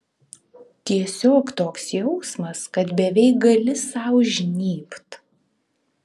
tiesiog toks jausmas kad beveik gali sau žnybt